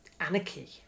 anarchy